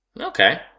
Okay